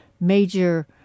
major